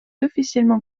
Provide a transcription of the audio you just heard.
officiellement